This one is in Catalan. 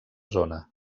zona